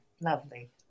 Lovely